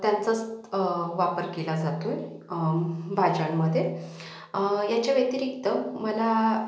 त्यांचाच वापर केला जातोय भाज्यांमध्ये याच्याव्यतिरिक्त मला